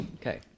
Okay